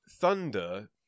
thunder